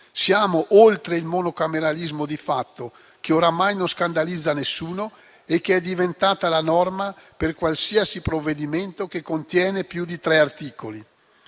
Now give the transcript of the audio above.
Siamo oltre il monocameralismo di fatto, che oramai non scandalizza nessuno e che è diventato la norma per qualsiasi provvedimento che contiene più di tre articoli.